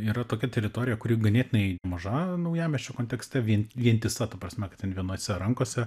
yra tokia teritorija kuri ganėtinai maža naujamiesčio kontekste vien vientisa ta prasme kad ten vienose rankose